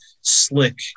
slick